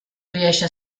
riesce